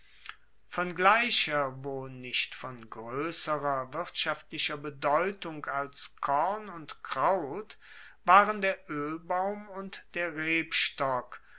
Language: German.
von gleicher wo nicht von groesserer wirtschaftlicher bedeutung als korn und kraut waren der oelbaum und der rebstock